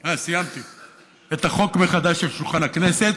על שולחן הכנסת,